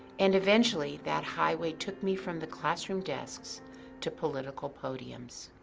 and eventually that highway took me from the classroom desks to political podiums.